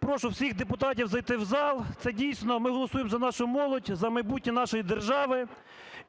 прошу всіх депутатів зайти в зал, це дійсно ми голосуємо за нашу молодь, за майбутнє нашої держави.